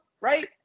right